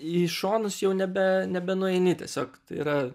į šonus jau nebe nebenueini tiesiog yra